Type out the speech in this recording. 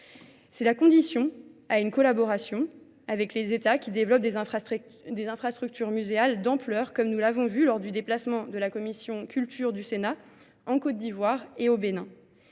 C'est la condition à une collaboration avec les États qui développent des infrastructures muséales d'ampleur comme nous l'avons vu lors du déplacement de la Commission culture du Sénat en Côte d'Ivoire et au Bénin.